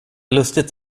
lustigt